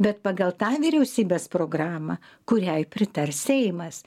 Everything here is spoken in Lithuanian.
bet pagal tą vyriausybės programą kuriai pritars seimas